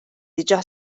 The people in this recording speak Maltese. diġà